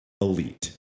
elite